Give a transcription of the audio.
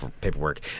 paperwork